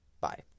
Bye